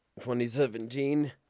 2017